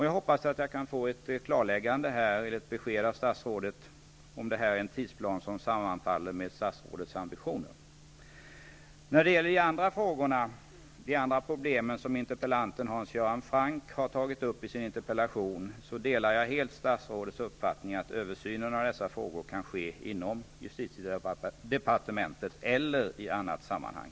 Jag hoppas att jag kan få ett besked av statsrådet om detta är en tidsplan som sammanfaller med statsrådets ambitioner. När det gäller de andra problem som interpellanten Hans Göran Franck har tagit upp i sin interpellation delar jag helt statsrådets uppfattning att översynen av dessa frågor kans ske inom justitiedepartementet eller i annat sammanhang.